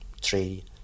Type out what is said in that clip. three